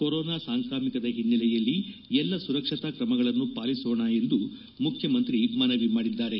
corona ಸಾಂಕ್ರಾಮಿಕದ ಹಿನ್ನೆಲೆಯಲ್ಲಿ ಎಲ್ಲ ಸುರಕ್ಷತಾ ಕ್ರಮಗಳನ್ನು ಪಾಲಿಸೋಣ ಎಂದು ಮುಖ್ಯಮಂತ್ರಿ ಮನವಿ ಮಾಡಿದ್ದಾರೆ